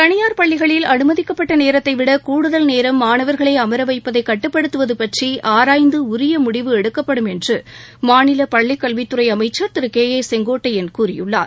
தனியார் பள்ளிகளில் அனுமதிக்கப்பட்ட நேரத்தைவிட கூடுதல் நேரம் மாணவர்களை அமர வைப்பதை கட்டுப்படுத்துவது பற்றி ஆராய்ந்து உரிய முடிவு எடுக்கப்படும் என்று மாநில பள்ளிக்கல்வித்துறை அமைச்சர் திரு கே ஏ செங்கோட்டையன் கூறியுள்ளார்